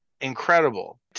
incredible